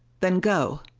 then go.